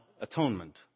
atonement